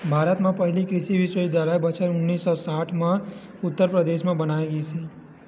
भारत म पहिली कृषि बिस्वबिद्यालय बछर उन्नीस सौ साठ म उत्तर परदेस म बनाए गिस हे